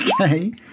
Okay